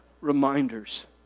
reminders